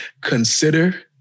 consider